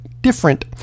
different